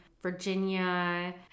Virginia